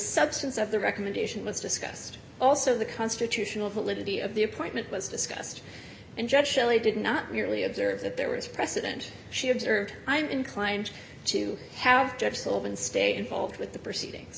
substance of the recommendation was discussed also the constitutional validity of the appointment was discussed and judge shelley did not merely observe that there was precedent she observed i'm inclined to have judges open stay involved with the proceedings